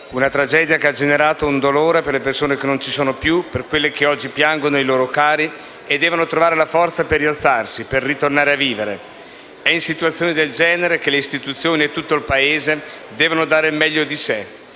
una tragedia che ha generato un dolore per le persone che non ci sono più, per quelle che oggi piangono i loro cari e che devono trovare la forza per rialzarsi e per ritornare a vivere. È in situazioni del genere che le istituzioni e tutto il Paese devono dare il meglio di sé.